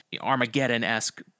Armageddon-esque